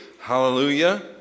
Hallelujah